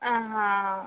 हां